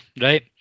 right